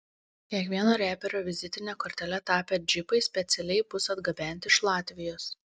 kiekvieno reperio vizitine kortele tapę džipai specialiai bus atgabenti iš latvijos